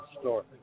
store